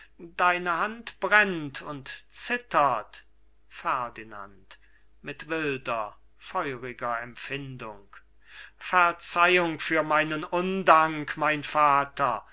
deine hand brennt und zittert ferdinand mit wilder feuriger empfindung verzeihung für meinen undank mein vater